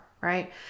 right